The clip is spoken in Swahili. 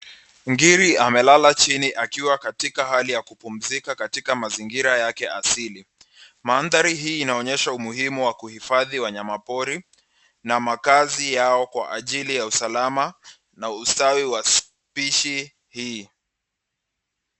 Ngiri amelala chini akiwa katika hali ya kupumzika katika mazingira yake asili. Mandhari hii inaonyesha umuhimu wa kuhifadhi wanyamapori na makazi yao kwa ajili ya usalama na ustawi wa specie hii.